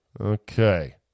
okay